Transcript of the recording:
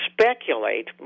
speculate